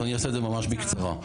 כן.